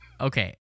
Okay